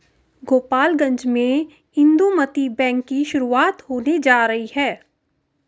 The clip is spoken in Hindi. गोपालगंज में इंदुमती बैंक की शुरुआत होने जा रही है